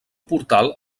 portal